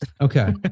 Okay